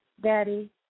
Daddy